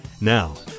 Now